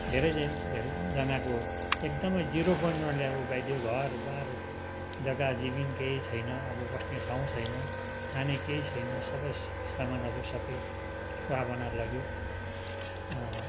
धेरै धेरैजनाको एकदमै जिरो पइन्टमा ल्याएर उभ्याइदियो घरबार जग्गा जमिन केही छैन अब बस्ने ठाउँ छैन खाने केही छैन सबै सामानहरू सबै स्वाहा बनाएर लग्यो